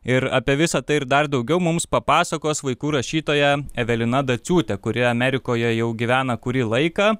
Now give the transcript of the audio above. ir apie visa tai ir dar daugiau mums papasakos vaikų rašytoja evelina daciūtė kuri amerikoje jau gyvena kurį laiką